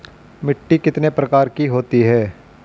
मिट्टी कितने प्रकार की होती हैं?